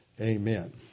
Amen